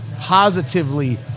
positively